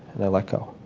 and i let go.